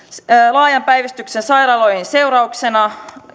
laajan päivystyksen sairaaloihin keskittämisen seurauksena